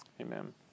Amen